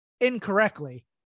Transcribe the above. incorrectly